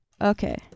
Okay